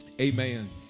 amen